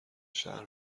شهر